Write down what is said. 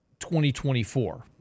2024